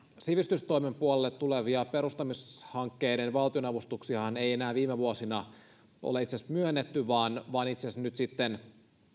sivistystoimen puolelle tulevia perustamishankkeiden valtionavustuksiahan ei enää viime vuosina ole itse asiassa myönnetty vaan itse asiassa nyt sitten